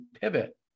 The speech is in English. pivot